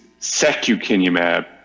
Secukinumab